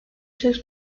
söz